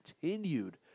continued